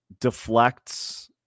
deflects